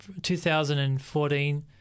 2014